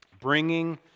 Bringing